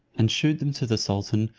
and shewed them to the sultan,